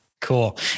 Cool